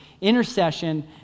Intercession